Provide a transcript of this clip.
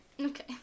Okay